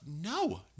No